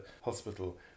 hospital